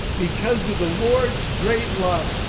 because of the lord's great love.